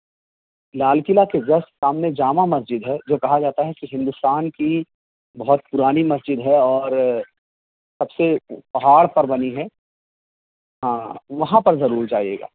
لال قلعہ کے جس سامنے جامع مسجد ہے جو کہا جاتا ہے کہ ہندوستان کی بہت پرانی مسجد ہے اور سب سے پہاڑ پر بنی ہے ہاں وہاں پر ضرور جائیے گا